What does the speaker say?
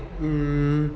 mmhmm